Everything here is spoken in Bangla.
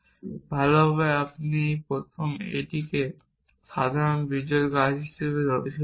এবং ভালভাবে আমরা প্রথমে এটিকে একটি সাধারণ বিজোড় গাছ হিসাবে ধরেছিলাম